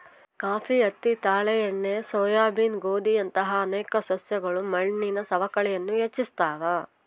coffee ಹತ್ತಿ ತಾಳೆ ಎಣ್ಣೆ ಸೋಯಾಬೀನ್ ಗೋಧಿಯಂತಹ ಅನೇಕ ಸಸ್ಯಗಳು ಮಣ್ಣಿನ ಸವಕಳಿಯನ್ನು ಹೆಚ್ಚಿಸ್ತವ